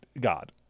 God